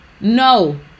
No